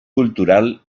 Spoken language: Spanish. cultural